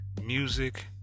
music